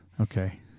Okay